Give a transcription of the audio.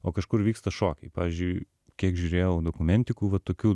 o kažkur vyksta šokiai pavyzdžiui kiek žiūrėjau dokumentikų va tokių